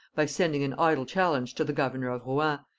by sending an idle challenge to the governor of rouen,